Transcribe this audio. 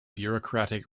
bureaucratic